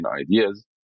ideas